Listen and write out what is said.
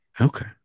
Okay